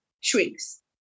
shrinks